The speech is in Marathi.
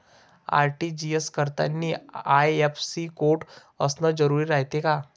आर.टी.जी.एस करतांनी आय.एफ.एस.सी कोड असन जरुरी रायते का?